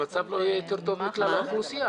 המצב לא יהיה יותר טוב מכלל האוכלוסייה,